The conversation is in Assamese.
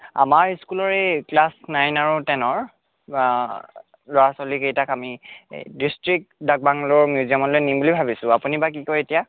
আমাৰ ইস্কুলৰ এই ক্লাছ নাইন আৰু টেনৰ ল'ৰা ছোৱালীকেইটাক আমি এই ডিষ্ট্ৰিক ডাক বাংল'ৰ মিউজিয়ামলৈ নিম বুলি ভাবিছোঁ আপুনি বা কি কয় এতিয়া